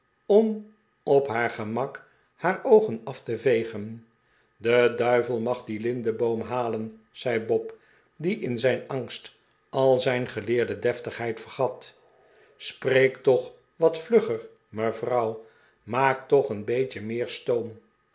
om op haar gemak haar oogen af te vegen de duivel mag dien lindeboom halen zei bob die in zijn angst al zijn geleerde deftigheid vergat spreek toch wat vlugger mevrouw maak toch een beetje meer stoom